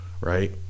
right